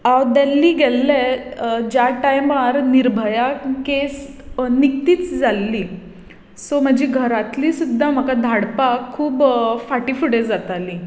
हांव देल्ली गेल्लें ज्या टायमार निर्भया कॅस निकतीच जाल्ली सो म्हजी घरांतलीं सुद्दां म्हाका धाडपाक खूब फाटी फुडें जातालीं